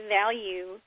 value